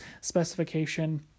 specification